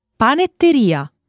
Panetteria